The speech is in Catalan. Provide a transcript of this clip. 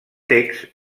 text